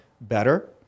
better